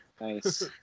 Nice